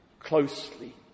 Closely